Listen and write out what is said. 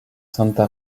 santa